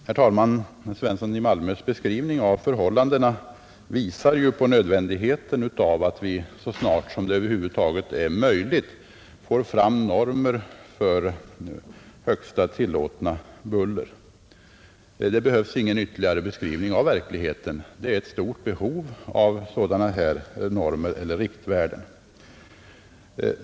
Herr talman! Herr Svenssons i Malmö beskrivning av förhållandena visar på nödvändigheten av att vi så snart som det över huvud taget är möjligt får fram normer för högsta tillåtna buller. Det behövs ingen ytterligare beskrivning av verkligheten. Det råder stort behov av normer eller riktvärden.